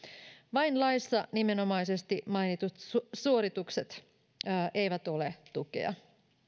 vain laissa nimenomaisesti mainitut suoritukset eivät ole tukea